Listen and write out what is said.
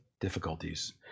difficulties